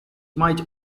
might